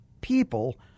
people